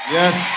Yes